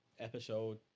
episode